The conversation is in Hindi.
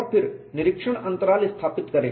और फिर निरीक्षण अंतराल स्थापित करें